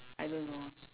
I don't know